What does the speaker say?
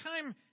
time